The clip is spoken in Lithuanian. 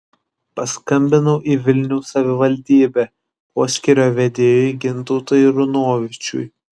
paskambinau į vilniaus savivaldybę poskyrio vedėjui gintautui runovičiui